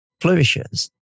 flourishes